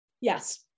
Yes